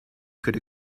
could